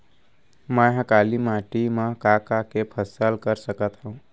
मै ह काली माटी मा का का के फसल कर सकत हव?